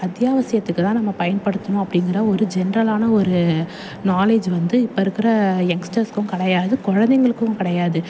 அத்தியாவசியத்துக்கு தான் நம்ம பயன்படுத்தணும் அப்படிங்கிற ஒரு ஜென்ரலான ஒரு நாலேஜ் வந்து இப்போ இருக்கிற யங்ஸ்டர்ஸ்க்கும் கிடையாது குழந்தைங்களுக்கும் கிடையாது